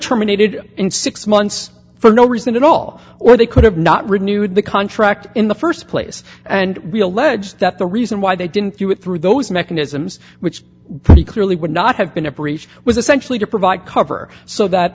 terminated in six months for no reason at all or they could have not renewed the contract in the st place and we allege that the reason why they didn't do it through those mechanisms which pretty clearly would not have been a breach was essentially to provide cover so that